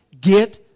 get